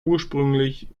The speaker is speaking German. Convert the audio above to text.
ursprünglich